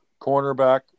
cornerback